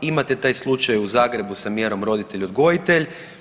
Imate taj slučaj u Zagrebu sa mjerom roditelj odgojitelj.